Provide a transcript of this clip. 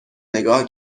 نگاه